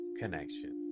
connection